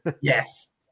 Yes